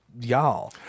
y'all